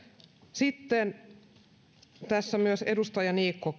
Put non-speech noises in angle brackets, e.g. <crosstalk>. sitten edustaja niikko <unintelligible>